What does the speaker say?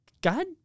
God